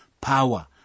Power